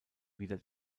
wieder